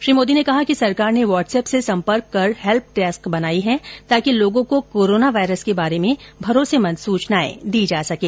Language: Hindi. श्री मोदी ने कहा कि सरकार ने व्हाट्सएप से सम्पर्क कर हेल्प डेस्क बनाई है ताकि लोगों को कोरोना वायरस के बारे में भरोसेमंद सूचनाएं दी जा सकें